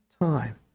time